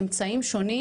אמצעים שונים